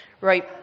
Right